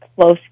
close